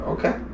Okay